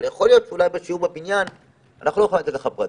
אולי תיתנו לי פרטים,